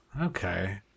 okay